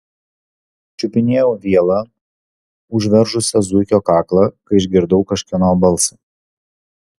čiupinėjau vielą užveržusią zuikio kaklą kai išgirdau kažkieno balsą